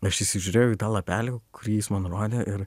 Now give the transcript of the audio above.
aš įsižiūrėjau į tą lapelį kurį jis man rodė ir